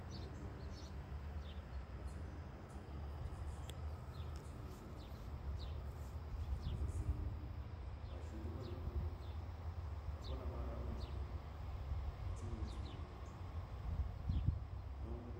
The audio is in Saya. ko dzaŋgyo matsən matsən tə zarsə wusuŋ-wusuŋ mə tsən tə zarsə ba a tli ghə tə gonəŋ ba gon a maragə ra mənəŋ kya tsənghən wusnyi ghəndi don